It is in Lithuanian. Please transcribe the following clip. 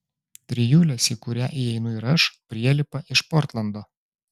trijulės į kurią įeinu ir aš prielipa iš portlando